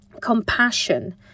compassion